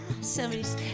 Somebody's